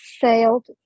sailed